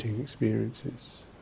experiences